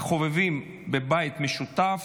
משטרה